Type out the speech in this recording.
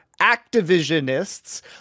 Activisionists